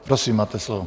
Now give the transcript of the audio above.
Prosím, máte slovo.